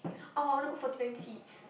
orh I want to go Forty Nine Seats